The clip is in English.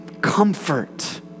comfort